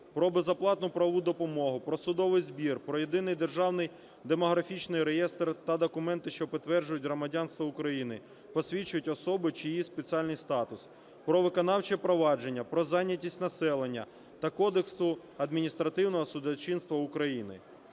про безоплатну правову допомогу; про судовий збір; про єдиний державний демографічний реєстр та документи, що підтверджують громадянство України, посвідчують особу чи її спеціальний статус; про виконавче провадження; про зайнятість населення та Кодексу адміністративного судочинства України.